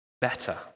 better